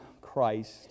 Christ